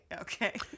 okay